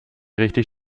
richtig